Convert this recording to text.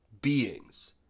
beings